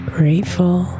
grateful